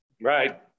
Right